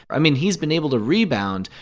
i mean, he's been able to rebound,